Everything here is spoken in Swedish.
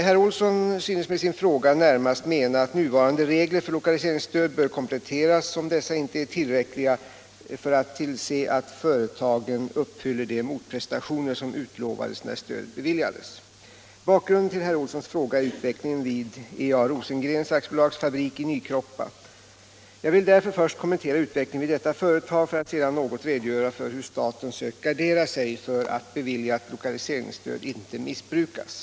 Herr Olsson synes med sin fråga närmast mena att nuvarande regler för lokaliseringsstöd bör kompletteras om dessa inte är tillräckliga för att tillse att företagen uppfyller de motprestationer som utlovades när stödet beviljades. Bakgrunden till herr Olssons fråga är utvecklingen vid E. A. Resengrens AB:s fabrik i Nykroppa. Jag vill därför först kommentera utvecklingen vid detta företag för att sedan något redogöra för hur staten sökt gardera sig för att beviljat lokaliseringsstöd inte missbrukas.